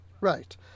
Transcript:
Right